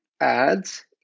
ads